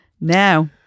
Now